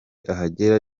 ahagera